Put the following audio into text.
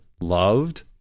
loved